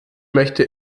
möchte